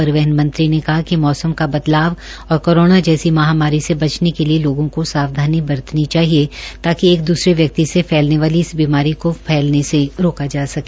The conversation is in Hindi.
परिवहन मंत्री ने कहा कि मौसम का बदलाव और कोरोना जैसी महामारी से बचने के लिए लोगों को सावधानी बरतनी चाहिए ताकि एक दूसरे व्यक्ति से फैलने वाली इस बीमारी को फैलने से रोका जा सके